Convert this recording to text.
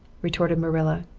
retorted marilla.